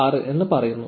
6 എന്ന് പറയുന്നു